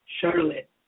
Charlotte